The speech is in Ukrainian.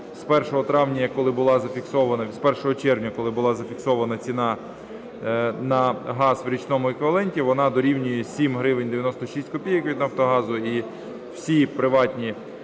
з 1 червня, коли була зафіксована ціна на газ у річному еквіваленті, вона дорівнює 7 гривень 96 копійок від "Нафтогазу". І всі приватні